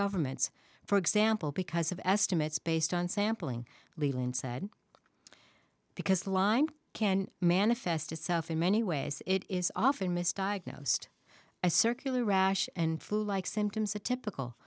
governments for example because of estimates based on sampling leland said because lyme can manifest itself in many ways it is often misdiagnosed as circular rash and flu like symptoms a typical